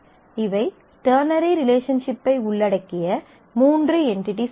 இவை டெர்னரி ரிலேஷன்ஷிப்பை உள்ளடக்கிய மூன்று என்டிடி செட்கள்